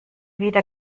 wieder